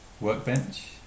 workbench